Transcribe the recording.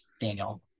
Daniel